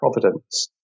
Providence